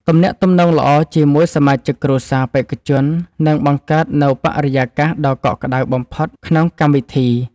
ទំនាក់ទំនងល្អជាមួយសមាជិកគ្រួសារបេក្ខជននឹងបង្កើតនូវបរិយាកាសដ៏កក់ក្ដៅបំផុតក្នុងកម្មវិធី។